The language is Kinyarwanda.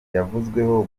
yavuzweho